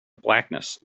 blackness